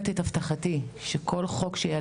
זאת החברה שסיפרתי לך שהיא מתה